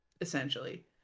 essentially